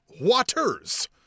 waters